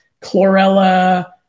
chlorella